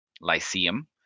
Lyceum